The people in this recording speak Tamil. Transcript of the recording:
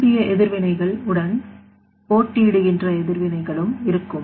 விரும்பிய எதிர்வினைகள் உடன் போட்டியிடுகின்ற எதிர்வினைகளும் இருக்கும்